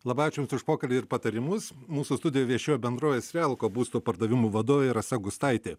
labai ačiū jums už pokalbį ir patarimus mūsų studijoj viešėjo bendrovės relko būsto pardavimų vadovė rasa gustaitė